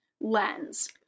lens